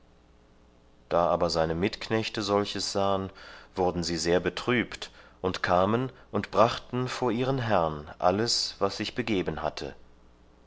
da aber seine mitknechte solches sahen wurden sie sehr betrübt und kamen und brachten vor ihren herrn alles was sich begeben hatte